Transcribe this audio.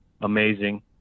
amazing